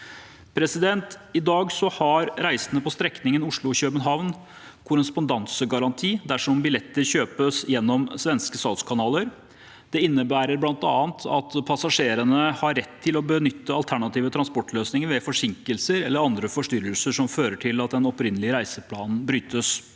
I dag har reisende på strekningen Oslo–København korrespondansegaranti dersom billetter kjøpes gjennom svenske salgskanaler. Det innebærer bl.a. at passasjerene har rett til å benytte alternative transportløsninger ved forsinkelser eller andre forstyrrelser som fører til at den opprinnelige reiseplanen brytes.